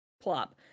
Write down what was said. Plop